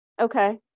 Okay